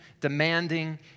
demanding